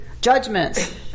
judgments